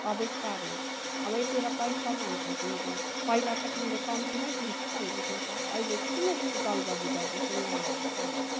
अवर पाऱ्यौ अब यति बेला पैसा माग्छौ तिमीले पहिला त तिमीले कम्तीमै दिन्छु भन्दै थियौ त अहिले चाहिँ किन यस्तो जल्दबाजी गर्दैछौ यहाँ आएर चाहिँ हामीलाई